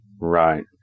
Right